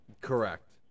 Correct